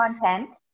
content